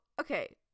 okay